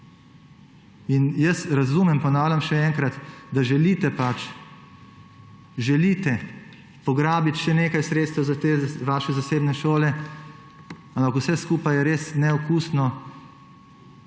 Jaz razumem, ponavljam še enkrat, da želite pač pograbiti še nekaj sredstva za te vaše zasebne šole, ampak vse skupaj je res neokusno